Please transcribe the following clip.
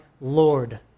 Lord